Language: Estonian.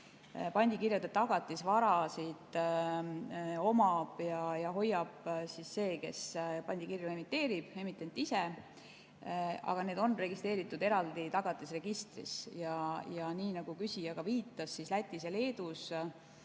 pandikirjade tagatisvarasid omab ja hoiab see, kes pandikirju emiteerib, emitent ise. Ja need on registreeritud eraldi tagatisregistris. Nii nagu küsija ka viitas, Lätis ja Leedus